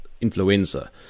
influenza